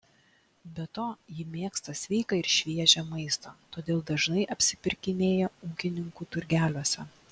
be to ji mėgsta sveiką ir šviežią maistą todėl dažnai apsipirkinėja ūkininkų turgeliuose